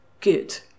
good